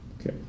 Okay